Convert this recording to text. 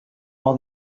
all